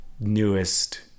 newest